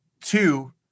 two